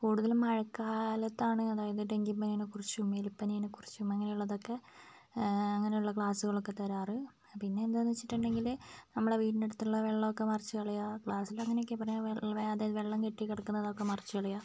കൂടുതലും മഴക്കാലത്താണ് അതായത് ഡെങ്കിപ്പനിയെക്കുറിച്ചും എലിപ്പനിയെക്കുറിച്ചും അങ്ങനെയുള്ളതൊക്കെ അങ്ങനെയുള്ള ക്ലാസുകളൊക്കയാണ് തരാറ് പിന്നെന്താണെന്ന് വെച്ചിട്ടുണ്ടെങ്കില് നമ്മുടെ വീടിൻ്റെ അടുത്തുള്ള വെള്ളമൊക്കെ മറിച്ചുകളയുക ക്ലാസില് അങ്ങനെയൊക്കെയാണ് പറയുക അതായത് വെള്ളം കെട്ടി കിടക്കുന്നതൊക്കെ മറിച്ചുകളയുക